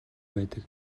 байдаг